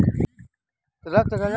निजी सरकारी अउर व्यापार के पइसा होला